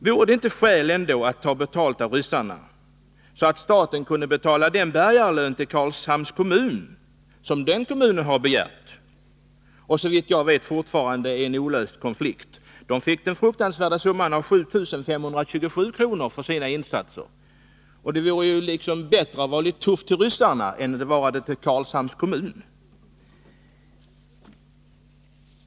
Vore det ändå inte skäl att ta betalt av ryssarna, så att staten kan betala den bärgningslön till Karlshamns kommun som kommunen har begärt. Såvitt jag vet har vi här en olöst konflikt. Kommunen fick den oerhört stora summan 7 527 kr. för sina insatser. Det vore ju bättre att vara litet tuff mot ryssarna än att vara det mot Karlshamn kommun.